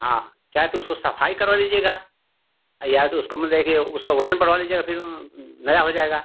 हाँ चाहे तो उसको सफाई करवा लीजिएगा या तो उसकाे मतलब कि उसका वजन बढ़वा लीजिएगा फिर नया हो जाएगा